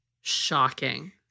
Shocking